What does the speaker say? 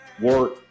work